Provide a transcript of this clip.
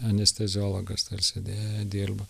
anesteziologas tarsi deja dirba